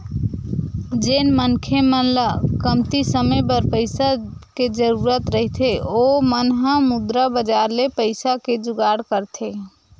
जेन मनखे मन ल कमती समे बर पइसा के जरुरत रहिथे ओ मन ह मुद्रा बजार ले पइसा के जुगाड़ करथे